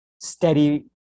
steady